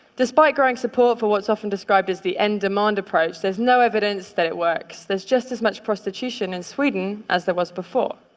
despite growing support for what's often described as the end demand approach, there's no evidence that it works. there's just as much prostitution in sweden as there was before.